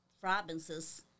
provinces